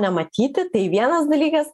nematyti tai vienas dalykas